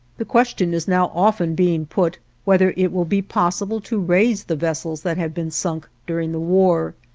the question is now often being put, whether it will be possible to raise the vessels that have been sunk during the war.